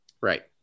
Right